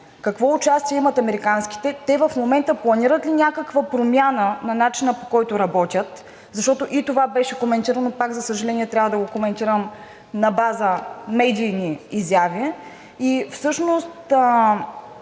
какво участие имат американските, те в момента планират ли някаква промяна на начина, по който работят, защото и това беше коментирано, пак, за съжаление, трябва да го коментирам, на база медийни изяви, и всъщност